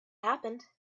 happened